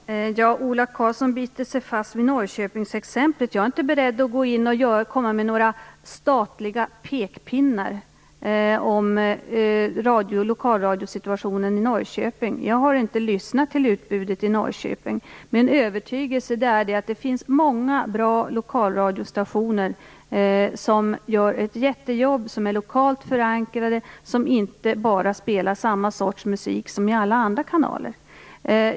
Fru talman! Ola Karlsson biter sig fast vid Norrköpingsexemplet. Jag är inte beredd att komma med några statliga pekpinnar vad gäller lokalradiosituationen i Norrköping. Jag har inte lyssnat till utbudet i Det är min övertygelse att det finns många bra lokalradiostationer som gör ett jättejobb, som är lokalt förankrade och som inte spelar bara samma sorts musik som i alla andra kanaler.